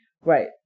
Right